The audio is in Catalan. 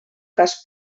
cas